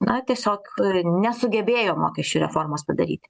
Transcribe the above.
na tiesiog nesugebėjo mokesčių reformos padaryti